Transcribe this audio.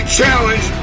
challenge